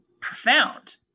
profound